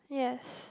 yes